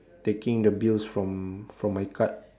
taking the bills from from my card